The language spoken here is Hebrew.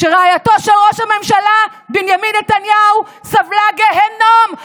שרעייתו של ראש הממשלה בנימין נתניהו סבלה גיהינום.